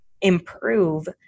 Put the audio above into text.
improve